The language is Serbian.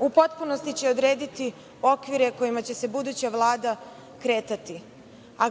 u potpunosti će odrediti okvire kojima će se buduća Vlada kretati, a